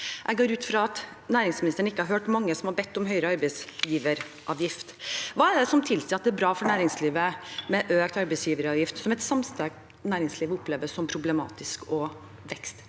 Jeg går ut fra at næringsministeren ikke har hørt mange som har bedt om høyere arbeidsgiveravgift. Hva er det som tilsier at det er bra for næringslivet med en økt arbeidsgiveravgift som et samstemt næringsliv opplever som problematisk og